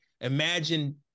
Imagine